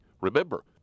Remember